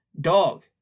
Dog